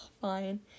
fine